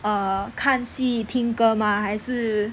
err 看戏听歌 mah 还是